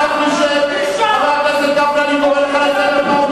אנחנו לא אזרחים במדינה, חבר הכנסת גפני, שב.